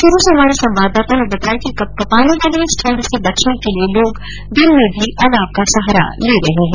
चूरू से हमारे संवाददाता ने बताया कि कंपकपाने वाली इस ठंड से बचने के लिए लोग दिन में भी अलाव का सहारा ले रहे हैं